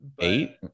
Eight